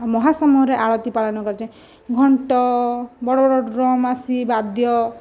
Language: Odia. ମହାସମୟରେ ଆଳତି ପାଳନ କରାଯାଏ ଘଣ୍ଟ ବଡ଼ ବଡ଼ ଡ୍ରମ ଆସେ ବାଦ୍ୟ